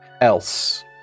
Else